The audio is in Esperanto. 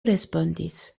respondis